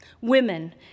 women